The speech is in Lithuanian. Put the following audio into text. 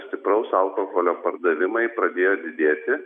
stipraus alkoholio pardavimai pradėjo didėti